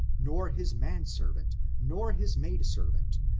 nor his man servant, nor his maid servant,